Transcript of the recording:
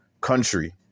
country